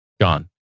John